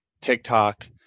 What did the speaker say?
TikTok